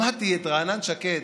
שמעתי את רענן שקד,